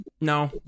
No